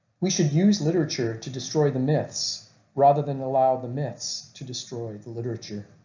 we should use literature to destroy the myths rather than allow the myths to destroy the literature.